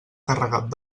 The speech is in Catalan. carregat